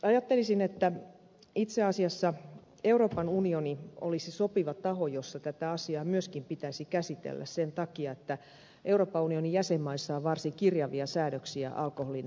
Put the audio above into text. ajattelisin että itse asiassa euroopan unioni olisi sopiva taho jossa tätä asiaa myöskin pitäisi käsitellä sen takia että euroopan unionin jäsenmaissa on varsin kirjavia säädöksiä alkoholin mainonnasta